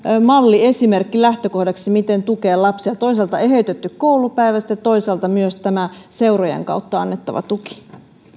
malliesimerkki lähtökohdaksi miten tukea lapsia toisaalta eheytetty koulupäivä sitten toisaalta myös tämä seurojen kautta annettava tuki